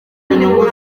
inyungu